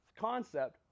concept